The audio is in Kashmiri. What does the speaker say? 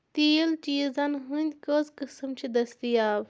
تیٖل چیٖزَن ہنٛدۍ کٔژ قٕسم چھِ دٔستِیاب